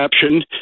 caption